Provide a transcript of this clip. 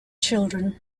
children